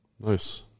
Nice